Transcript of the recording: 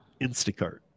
Instacart